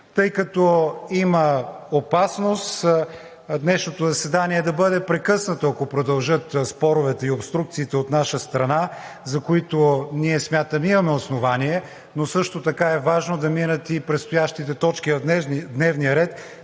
Тъй като има опасност днешното заседание да бъде прекъснато, ако продължат споровете и обструкциите от наша страна, за които ние, смятам, имаме основание, но също така е важно да минат и предстоящите точки в дневния ред